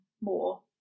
more